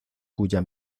cuya